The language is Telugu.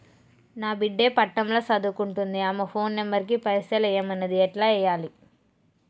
నా బిడ్డే పట్నం ల సదువుకుంటుంది ఆమె ఫోన్ నంబర్ కి పైసల్ ఎయ్యమన్నది ఎట్ల ఎయ్యాలి?